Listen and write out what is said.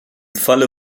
falle